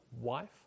wife